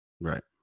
Right